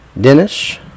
Dennis